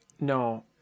No